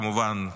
כמובן,